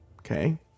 okay